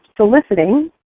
soliciting